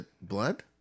Blood